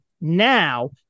Now